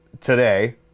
today